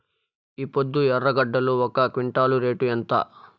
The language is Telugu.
ఈపొద్దు ఎర్రగడ్డలు ఒక క్వింటాలు రేటు ఎంత?